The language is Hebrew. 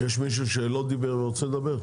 יש מישהו שלא דיבר ורוצה לדבר?